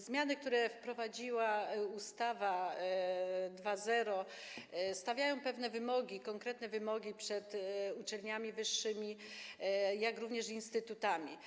Zmiany, które wprowadziła ustawa 2.0, stawiają pewne wymogi, konkretne wymogi przed uczelniami wyższymi, jak również instytutami.